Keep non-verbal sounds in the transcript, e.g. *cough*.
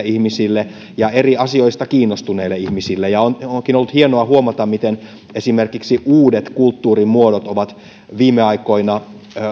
*unintelligible* ihmisille ja eri asioista kiinnostuneille ihmisille onkin ollut hienoa huomata miten esimerkiksi uudet kulttuurin muodot ovat viime aikoina